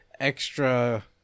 extra